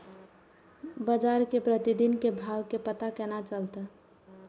बजार के प्रतिदिन के भाव के पता केना चलते?